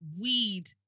weed